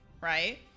right